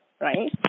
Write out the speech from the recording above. Right